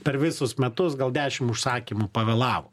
per visus metus gal dešim užsakymų pavėlavo